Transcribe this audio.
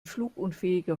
flugunfähiger